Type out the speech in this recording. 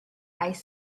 ice